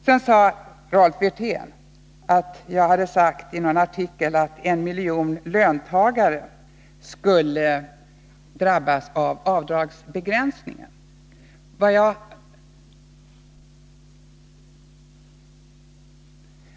Sedan sade Rolf Wirtén att jag hade sagt i någon artikel att en miljon löntagare skulle drabbas av avdragsbegränsningar.